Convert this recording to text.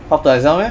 path to exile meh